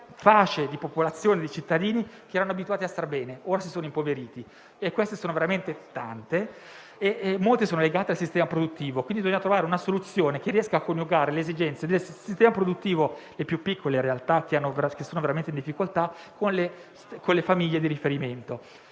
popolazione che erano abituate a stare bene e che ora si sono impoverite. Sono veramente tante e molte sono legate al sistema produttivo. Quindi, bisogna trovare una soluzione che riesca a coniugare le esigenze del sistema produttivo e delle realtà più piccole, che sono veramente in difficoltà, con le famiglie di riferimento.